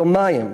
יומיים.